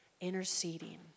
interceding